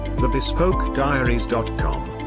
TheBespokeDiaries.com